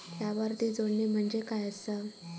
लाभार्थी जोडणे म्हणजे काय आसा?